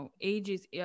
ages